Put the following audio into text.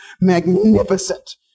magnificent